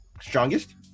Strongest